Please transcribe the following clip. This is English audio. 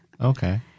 okay